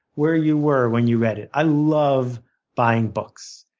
where you were when you read it. i love buying books.